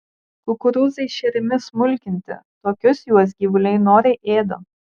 kukurūzai šeriami smulkinti tokius juos gyvuliai noriai ėda